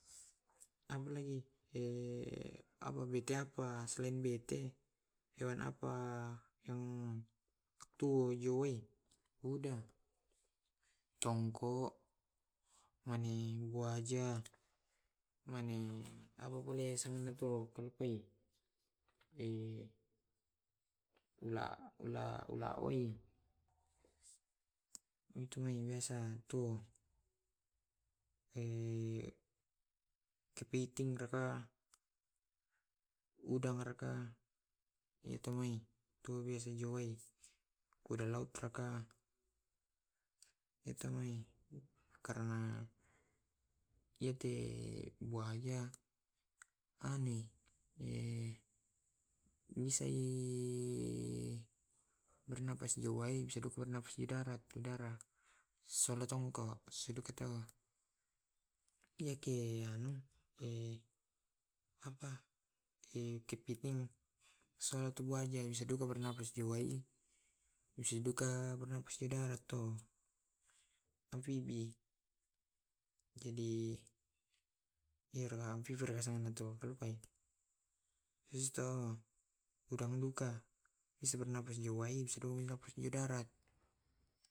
Ikitena bete hewan tuo diwae nakke jo tassi deng kepiting, deng gurita, deng bongko, deng asu tasi, deng nyarang tasi, deng u ula tasi, deng ubur-ubur, deng rumpu laut, deng deng pito deng buaya, deng jo sungai, deng duka deng duka bongko, deng duka kapiting deng duka ula wai.